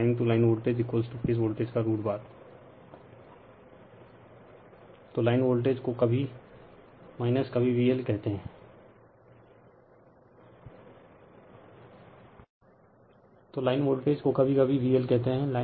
और लाइन से line voltage phase voltage का रूट बार Refer Slide Time 2941 तो लाइन वोल्टेज को कभी-कभी VL कहते हैं